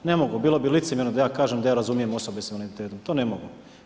Ne mogu, bilo bi licemjerno da ja kažem da ja razumijem osobe s invaliditetom, to ne mogu.